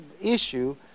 issue